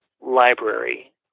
library